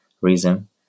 reason